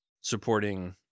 supporting